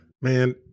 Man